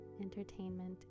entertainment